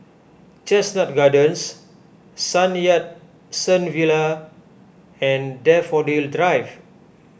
Chestnut Gardens Sun Yat Sen Villa and Daffodil Drive